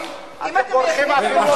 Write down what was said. אם אתם מייצגים את הבוחרים שלכם,